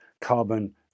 carbon